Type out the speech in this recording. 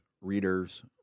readers